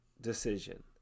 decision